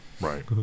Right